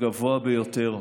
הגבוה ביותר.